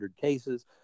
cases